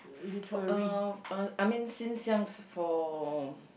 f~ uh uh I mean since young for